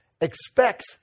expects